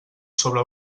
sobre